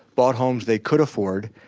bought homes they could afford.